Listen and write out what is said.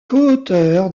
coauteur